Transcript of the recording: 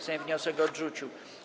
Sejm wniosek odrzucił.